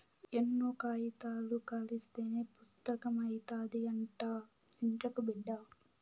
ఎన్నో కాయితాలు కలస్తేనే పుస్తకం అయితాది, అట్టా సించకు బిడ్డా